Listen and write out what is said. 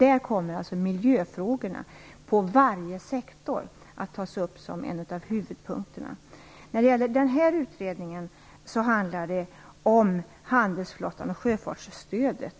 Där kommer alltså miljöfrågorna på varje sektor att tas upp som en huvudpunkt. Den här utredningen handlar explicit om handelsflottan och sjöfartsstödet.